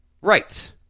Right